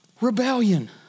rebellion